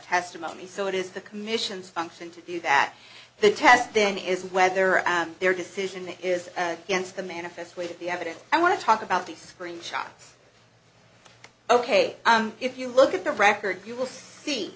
testimony so it is the commission's function to do that the test then is whether their decision is against the manifest weight of the evidence i want to talk about the screen shots ok if you look at the record you will see